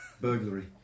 Burglary